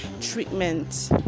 treatment